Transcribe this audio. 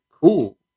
cool